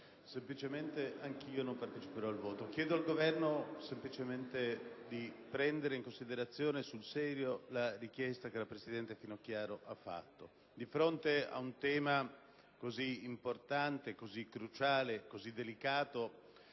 Neanch'io parteciperò al voto. Chiedo al Governo semplicemente di prendere in considerazione sul serio la richiesta che la presidente Finocchiaro ha avanzato. Di fronte ad un tema così importante, cruciale e delicato,